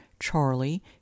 Charlie